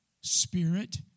spirit